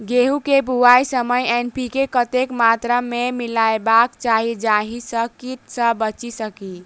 गेंहूँ केँ बुआई समय एन.पी.के कतेक मात्रा मे मिलायबाक चाहि जाहि सँ कीट सँ बचि सकी?